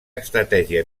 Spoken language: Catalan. estratègia